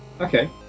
okay